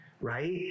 right